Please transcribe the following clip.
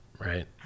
right